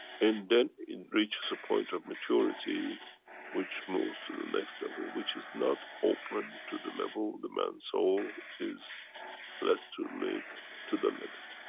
and then it reaches a point of maturity which moves to the next level which is not open to the level of the man's soul. is let to lead to the limit.